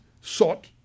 sought